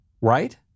right